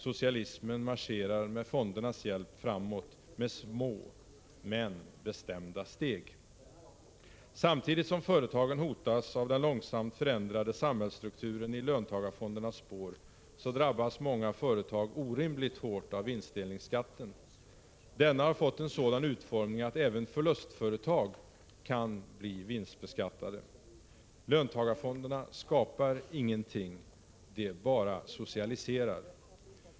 Socialismen marscherar med fondernas hjälp framåt med små, men bestämda steg. Samtidigt som företagen hotas av den långsamt förändrade samhällsstrukturen i löntagarfondernas spår så drabbas många företag orimligt hårt av vinstdelningsskatten. Denna har fått en sådan utformning att även förlustfö 67 retag kan bli vinstbeskattade. Löntagarfonderna skapar ingenting — de bara socialiserar.